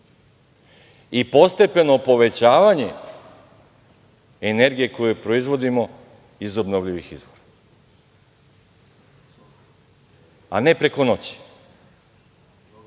i postepeno povećavanje energije koju proizvodimo iz obnovljivih izvora, a ne preko noći. Oni